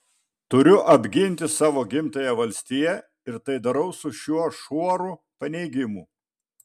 turiu apginti savo gimtąją valstiją ir tai darau su šiuo šuoru paneigimų